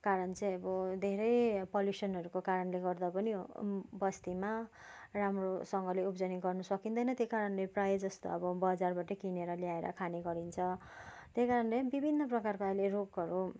कारण चाहिँ अब धेरै अब पल्युसनहरूको कारणले गर्दा पनि बस्तीमा राम्रोसँगले उब्जनी गर्न सकिँदैन त्यही कारणले प्रायःजस्तो अब बजारबाटै किनेर ल्याएर खाने गरिन्छ त्यही कारणले विभिन्न प्रकारको अहिले रोगहरू